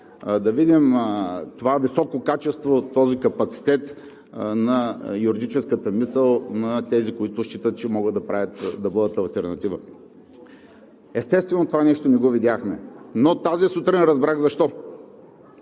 да видим това високо качество и този капацитет на юридическата мисъл на тези, които считат, че могат да бъдат алтернатива. Естествено, това нещо не го видяхме, но тази сутрин разбрах защо.